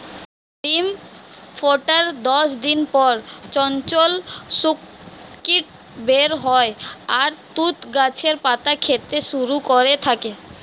ডিম ফোটার দশ দিন পর চঞ্চল শূককীট বের হয় আর তুঁত গাছের পাতা খেতে শুরু করে থাকে